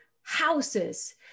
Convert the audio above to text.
houses